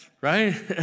right